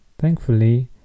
Thankfully